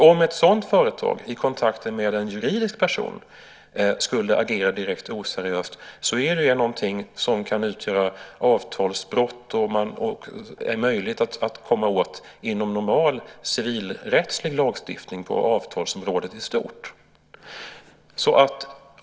Om ett sådant företag i kontakter med en juridisk person skulle agera direkt oseriöst är det någonting som kan utgöra avtalsbrott och är möjligt att komma åt inom normal civilrättslig lagstiftning på avtalsområdet i stort.